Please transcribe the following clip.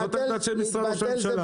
זו העמדה של משרד ראש הממשלה.